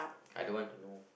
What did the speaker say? I don't want to know